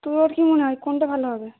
তোর কী মনে হয় কোনটা ভালো হবে